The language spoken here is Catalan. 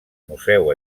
museu